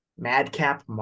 madcap